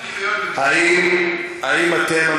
האם אתם,